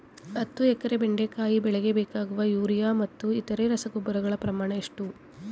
ಹತ್ತು ಎಕರೆ ಬೆಂಡೆಕಾಯಿ ಬೆಳೆಗೆ ಬೇಕಾಗುವ ಯೂರಿಯಾ ಮತ್ತು ಇತರೆ ರಸಗೊಬ್ಬರಗಳ ಪ್ರಮಾಣ ಎಷ್ಟು?